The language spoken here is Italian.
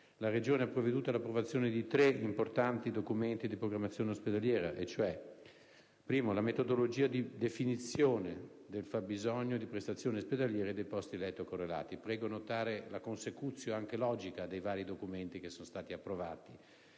la Regione ha provveduto all'approvazione di tre importanti documenti di programmazione ospedaliera. Il primo concerne la metodologia di definizione del fabbisogno di prestazioni ospedaliere e dei posti letto correlati. Vorrei che si noti la *consecutio* anche logica dei vari documenti approvati